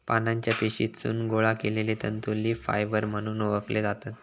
पानांच्या पेशीतसून गोळा केलले तंतू लीफ फायबर म्हणून ओळखले जातत